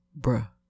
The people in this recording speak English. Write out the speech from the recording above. bruh